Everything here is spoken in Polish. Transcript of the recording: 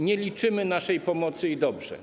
Nie liczymy naszej pomocy - i dobrze.